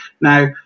Now